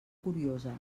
curiosa